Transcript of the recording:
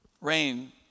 rain